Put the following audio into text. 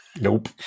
Nope